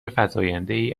فزایندهای